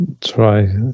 try